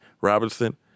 Robinson